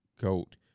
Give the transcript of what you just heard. goat